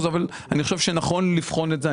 אבל אני חושב שנכון יהיה לבחון את זה.